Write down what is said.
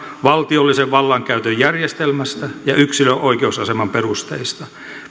valtiollisen vallankäytön järjestelmästä ja yksilön oikeusaseman perusteista